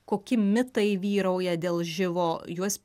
koki mitai vyrauja dėl živ o juos